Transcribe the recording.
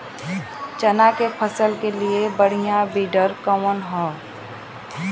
चना के फसल के लिए बढ़ियां विडर कवन ह?